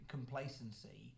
complacency